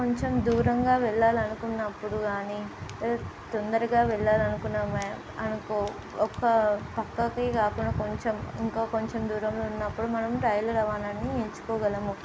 కొంచెం దూరంగా వెళ్ళాలనుకున్నప్పుడు గానీ తొందరగా వెళ్లాలనుకున్నా అనుకో ఒక పక్కకి కాకుండా కొంచెం ఇంకా కొంచెం దూరంలో ఉన్నప్పుడు మనం రైలు రవాణలని ఎంచుకోగలము